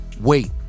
Wait